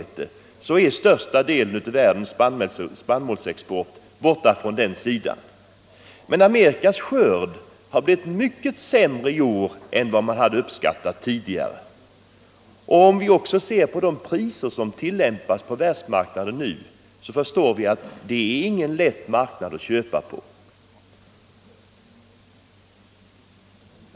Ytterligare insatser Största delen av världens spannmålsexport kommer från den sidan av = för svältdrabbade världen. Men Amerikas skörd har blivit mycket mindre i år än vad den = länder tidigare hade uppskattats till. Om vi dessutom tar hänsyn till de priser som nu tillämpas på världsmarknaden, förstår vi att det inte är någon marknad som det är lätt att köpa på.